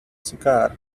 cigar